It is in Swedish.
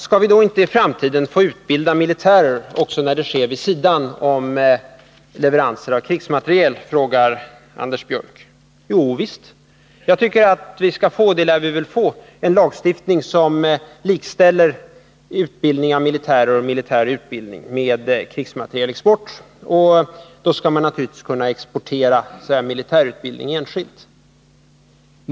Skall vi i framtiden inte få utbilda militärer, också när det sker vid sidan om leveranser av krigsmateriel? frågar Anders Björck. Jovisst! Jag tycker att vi skall ha — och det lär vi väl få — en lagstiftning som likställer utbildning av militärer och militär utbildning med krigsmaterielexport. Då skall man naturligtvis kunna exportera militär utbildning enskilt.